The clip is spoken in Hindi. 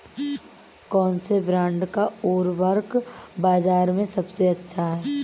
कौनसे ब्रांड का उर्वरक बाज़ार में सबसे अच्छा हैं?